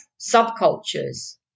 subcultures